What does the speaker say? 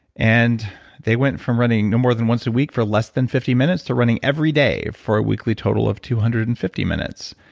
and they went from running no more than once a week for less than fifty minutes to running every day for a weekly total of two hundred and fifty minutes.